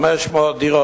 לקבל 500 דירות.